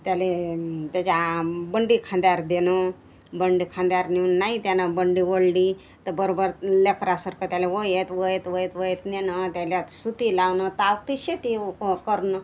त्याह्यले त्याच्या आ बंडी खांद्यावर देणं बंडी खांद्यावर नेऊन नाही त्यानं बंडी ओढली तर बरोबर लेकरासारखं त्याला व्हयत व्हयत व्हयत व्हयत नेणं त्याला सुती लावणं ता अतिशय ते ओ करणं